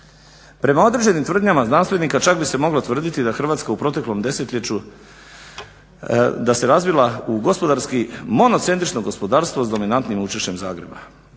Prema određenim tvrdnjama znanstvenika čak bi se moglo tvrditi da Hrvatska u proteklom desetljeću da se razvila u gospodarski monocentrično gospodarstvo s dominantnim učešćem Zagreba.